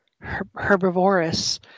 herbivorous